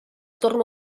torno